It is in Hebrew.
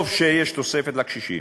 טוב שיש תוספת לקשישים,